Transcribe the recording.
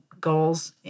goals